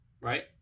right